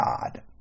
God